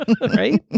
right